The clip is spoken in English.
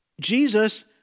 Jesus